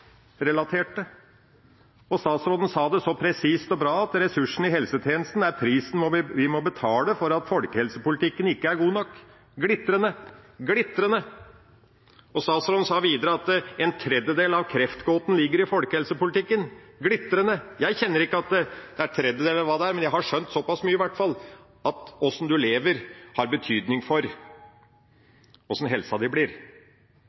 så presist og bra, at ressursene i helsetjenesten er prisen vi må betale for at folkehelsepolitikken ikke er god nok. Glitrende! Statsråden sa videre at en tredjedel av kreftgåten ligger i folkehelsepolitikken. Glitrende! Jeg kjenner ikke til at det er en tredjedel eller hva det er, men jeg har skjønt at hvordan en lever, har betydning for hvordan helsa blir.